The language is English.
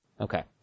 Okay